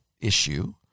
issue